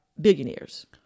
billionaires